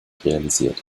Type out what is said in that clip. realisiert